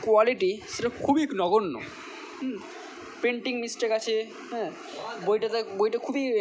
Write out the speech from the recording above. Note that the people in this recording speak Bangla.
কোয়ালিটি সেটা খুবই নগণ্য প্রিন্টিং মিসটেক আছে হ্যাঁ বইটাতে বইটা খুবই